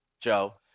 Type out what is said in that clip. Joe